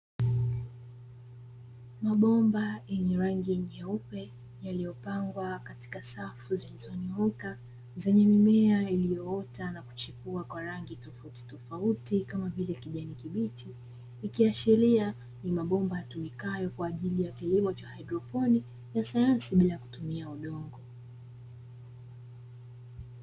Mabomba yenye rangi nyeupe yaliyo pangwa katika safu iliyonyooka zenye mimea iliyoota na kuchipua kwa rangi tofauti tofauti kamavile kijani kibichi, ikiashiria ni mabomba yatumikayo kwajili ya kilimo cha haidroponi ya sayansi bila kutumia udongo.